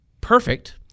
perfect